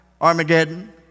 Armageddon